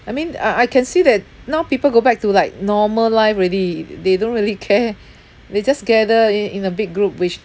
I mean uh I can see that now people go back to like normal life already they don't really care they just gather i~ in a big group which